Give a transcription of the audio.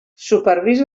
supervisa